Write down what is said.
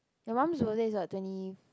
your mum birthday is what twenty